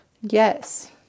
Yes